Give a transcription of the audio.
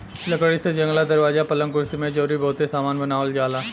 लकड़ी से जंगला, दरवाजा, पलंग, कुर्सी मेज अउरी बहुते सामान बनावल जाला